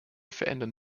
verändern